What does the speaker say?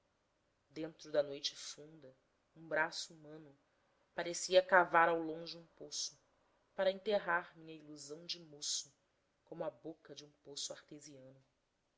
dentro da noite funda um braço humano parecia cavar ao longe um poço para enterrar minha ilusão de moço como a boca de um poço artesiano